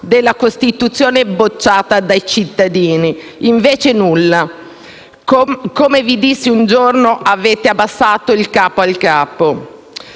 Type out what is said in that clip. della Costituzione bocciata dai cittadini. Invece nulla. Come vi dissi un giorno: avete abbassato il capo al capo.